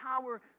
power